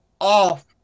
off